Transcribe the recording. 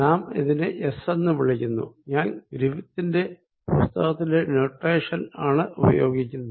നാം ഇതിനെ എസ് എന്ന് വിളിക്കുന്നു ഞാൻ ഗ്രിഫിത്തിന്റെ പുസ്തകത്തിലെ നൊട്ടേഷൻ ആണ് ഉപയോഗിക്കുന്നത്